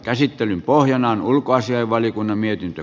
käsittelyn pohjana on ulkoasiainvaliokunnan mietintö